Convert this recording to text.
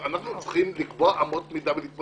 תיכף תראו שאנחנו צריכים לקבוע אמות מידה ולהתמודד.